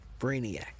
Brainiac